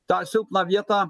tą silpną vietą